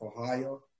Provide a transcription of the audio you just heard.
Ohio